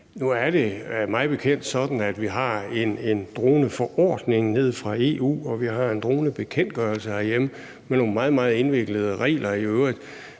Nu er det mig bekendt sådan, at vi har en droneforordning nede fra EU og vi har en dronebekendtgørelse herhjemme med nogle i øvrigt